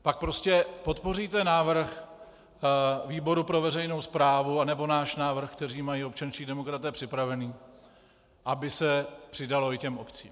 Pak prostě podpoříte návrh výboru pro veřejnou správu a nebo náš návrh, který mají občanští demokraté připravený, aby se přidalo i obcím.